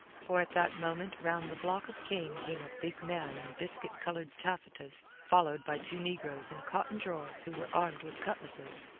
for at that moment round the block of cane came a big man in biscuit-coloured taffetas followed by two negroes in cotton drawers who were armed with cutlasses.